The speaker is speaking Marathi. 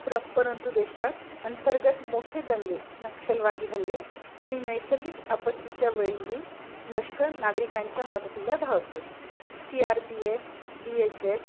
प्र परंतु देशात अंतर्गत मोठे दंगे नक्षलवादी हल्ले आणि नैसर्गिक आपत्तीच्या वेळी ही लष्कर नागरिकांच्या मदतीला धावते C R P F B S F